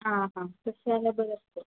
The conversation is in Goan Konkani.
आं आं तशें जाल्यार बरें आसा तें